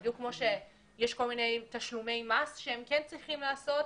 בדיוק כמו שיש כל מיני תשלומי מס שהם כן צריכים לעשות,